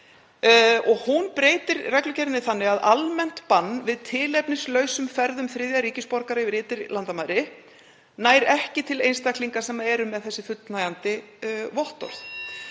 og hún breytir reglugerðinni þannig að almennt bann við tilefnislausum ferðum þriðja ríkis borgara yfir ytri landamæri nái ekki til einstaklinga sem eru með þessi fullnægjandi vottorð.